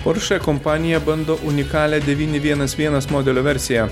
poršė kompanija bando unikalią devyni vienas vienas modelio versiją